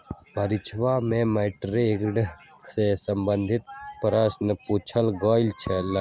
परीक्षवा में day trading से संबंधित प्रश्न पूछल गय लय